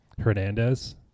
Hernandez